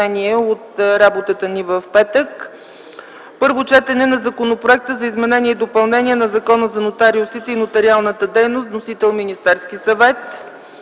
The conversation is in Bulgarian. Първо четене на Законопроекта за изменение и допълнение на Закона за нотариусите и нотариалната дейност. Вносител е Министерският съвет.